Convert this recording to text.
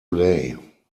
lay